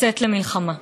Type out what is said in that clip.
לצאת למלחמה.